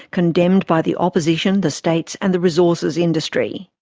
condemned by the opposition, the states and the resources industry.